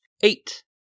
Eight